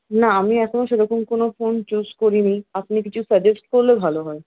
না আমি এখন সেরকম কোনো ফোন চুজ করিনি আপনি কিছু সাজেস্ট করলে ভালো হয়